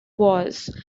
was